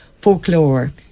folklore